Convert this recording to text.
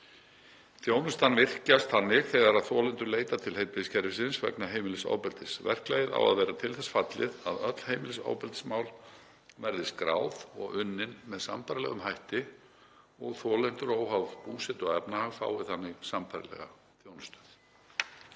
Þjónustan virkjast þannig þegar þolendur leita til heilbrigðiskerfisins vegna heimilisofbeldis. Verklagið á að vera til þess fallið að öll heimilisofbeldismál verði skráð og unnin með sambærilegum hætti og þolendur fái þannig sambærilega